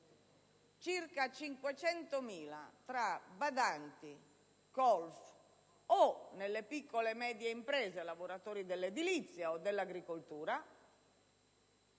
circa 500.000 fra badanti, colf o, nelle piccole e medie imprese, lavoratori dell'edilizia o dell'agricoltura,